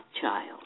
child